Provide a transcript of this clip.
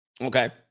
Okay